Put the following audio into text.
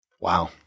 Wow